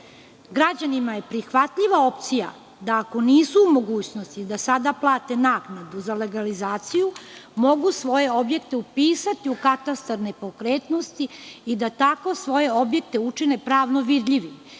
Građanima je prihvatljiva opcija da ako nisu u mogućnosti da sada plate naknadu za legalizaciju, mogu svoje objekte upisati u katastar nepokretnosti i da tako svoje objekte učine pravno vidljivim